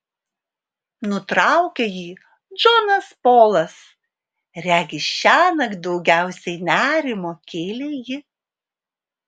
nutraukė jį džonas polas regis šiąnakt daugiausiai nerimo kėlė ji